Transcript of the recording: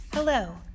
Hello